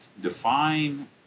define